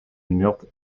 meurthe